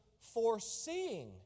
foreseeing